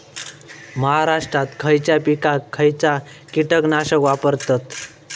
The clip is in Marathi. महाराष्ट्रात खयच्या पिकाक खयचा कीटकनाशक वापरतत?